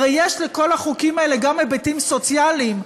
הרי יש לכל החוקים האלה גם היבטים סוציאליים.